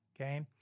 Okay